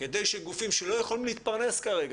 כדי שגופים שלא יכולים להתפרנס כרגע,